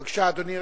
בבקשה, אדוני.